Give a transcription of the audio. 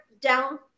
down